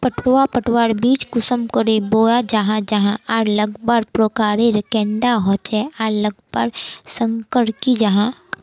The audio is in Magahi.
पटवा पटवार बीज कुंसम करे बोया जाहा जाहा आर लगवार प्रकारेर कैडा होचे आर लगवार संगकर की जाहा?